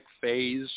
phase